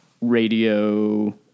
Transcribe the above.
radio